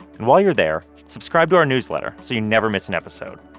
and while you're there, subscribe to our newsletter so you never miss an episode.